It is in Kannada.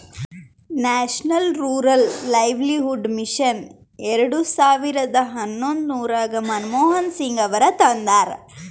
ನ್ಯಾಷನಲ್ ರೂರಲ್ ಲೈವ್ಲಿಹುಡ್ ಮಿಷನ್ ಎರೆಡ ಸಾವಿರದ ಹನ್ನೊಂದರಾಗ ಮನಮೋಹನ್ ಸಿಂಗ್ ಅವರು ತಂದಾರ